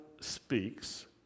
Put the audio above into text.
speaks